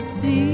See